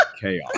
chaos